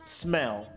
smell